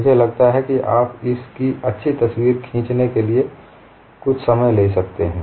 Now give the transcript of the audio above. मुझे लगता है कि आप इस की अच्छी तस्वीर खींचने के लिए कुछ समय ले सकते हैं